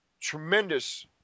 tremendous